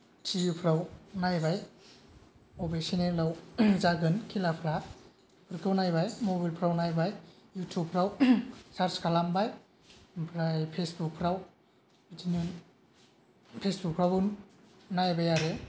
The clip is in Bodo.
टिभिफ्राव नायबाय अबे सेनेलाव जागोन खेलाफ्रा बेफोरखौ नायबाय मबाइलफ्राव नायबाय युटुबफ्राव सार्स खालामबाय ओमफ्राय फेसबुकफ्राव बिदिनो फेसबुकफ्रावबो नायबाय आरो